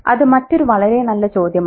അത് മറ്റൊരു വളരെ നല്ല ചോദ്യമാണ്